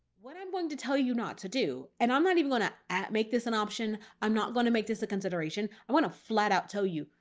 what i'm wanting to tell you not to do, and i'm not even going to make this an option. i'm not going to make this a consideration. i want to flat out tell you,